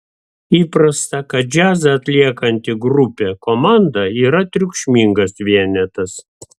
įprasta kad džiazą atliekanti grupė komanda yra triukšmingas vienetas